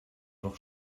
doch